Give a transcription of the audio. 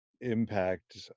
impact